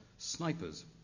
Snipers